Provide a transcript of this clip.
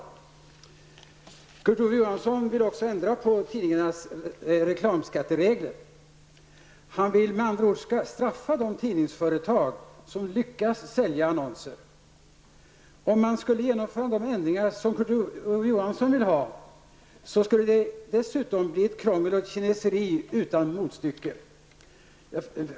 Kurt Ove Johansson vill också ändra på tidningarnas reklamskatteregler. Han vill med andra ord straffa de tidningsföretag som lyckas sälja annonser. Om man skulle genomföra de ändringar som Kurt Ove Johansson vill ha, skulle det dessutom bli ett krångel och kineseri utan motstycke.